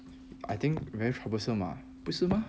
I think very troublesome mah 不是 mah